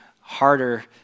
harder